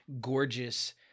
gorgeous